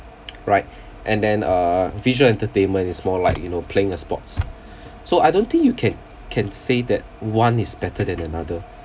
right and then uh visual entertainment is more like you know playing a sports so I don't think you can can say that one is better than another